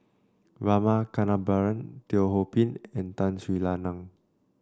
Rama Kannabiran Teo Ho Pin and Tun Sri Lanang